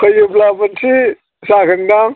फैयोब्ला मोनसे जागोन दां